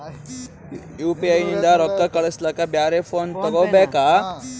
UPI ನಿಂದ ರೊಕ್ಕ ಕಳಸ್ಲಕ ಬ್ಯಾರೆ ಫೋನ ತೋಗೊಬೇಕ?